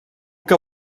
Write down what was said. que